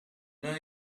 know